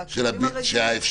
והקווים הרגילים.